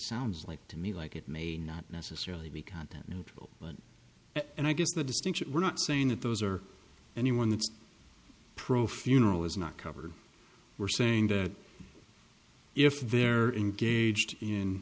sounds like to me like it may not necessarily be content neutral and i guess the distinction we're not saying that those or anyone that's pro funeral is not covered we're saying that if they're engaged in